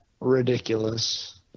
ridiculous